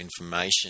information